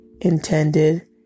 intended